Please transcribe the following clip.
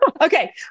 Okay